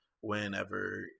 whenever